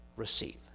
receive